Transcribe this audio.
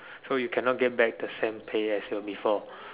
so you cannot get back the same pay as your before